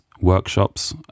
workshops